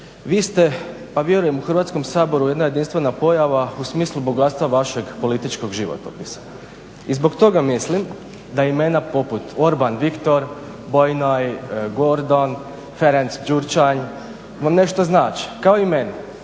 vi ste pa vjerujem u Hrvatskom saboru jedna jedinstvena pojava u smislu bogatstva vašeg političkog životopisa. I zbog toga mislim da imena poput Orban Viktor, .. Gordon, Fenec Gyuresany vam nešto znače kao i meni